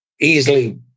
easily